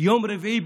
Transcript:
יום רביעי,